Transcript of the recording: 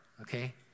okay